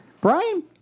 Brian